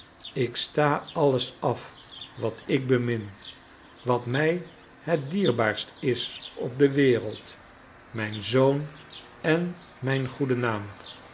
ik sta alles af wat ik bemin wat mij het dierbaarst is op de wereld mijn zoon en mijn goeden naam